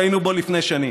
שהיינו בו לפני שנים.